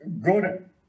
good